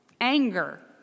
Anger